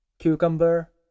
Cucumber